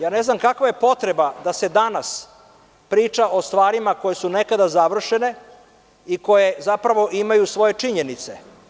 Ja ne znam kakva je potreba da se danas priča o stvarima koje su nekada završene, i koje zapravo imaju svoje činjenice.